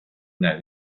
una